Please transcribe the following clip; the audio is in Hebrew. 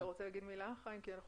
אתה רוצה להגיד מילה, חיים?